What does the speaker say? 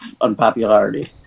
unpopularity